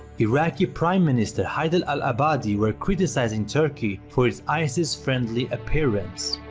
iraqi primeminister haider al abadi were critizing turkey for it's isis friendly appearance.